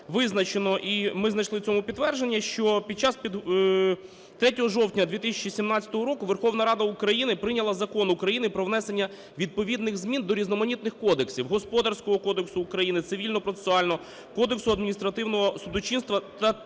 визначено, і ми знайшли цьому підтвердження, що під час… 3 жовтня 2017 року Верховна Рада України прийняла Закон України про внесення відповідних змін до різноманітних кодексів – Господарського кодексу України, Цивільно-процесуального, Кодексу адміністративного судочинства та